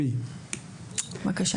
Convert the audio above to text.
היא אומרת: